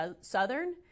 southern